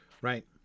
Right